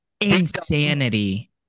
insanity